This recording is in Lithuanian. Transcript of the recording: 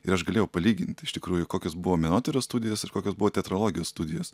ir aš galėjau palygint iš tikrųjų kokios buvo menotyros studijos ir kokios buvo teatrologijos studijos